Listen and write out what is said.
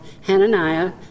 Hananiah